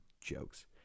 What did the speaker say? jokes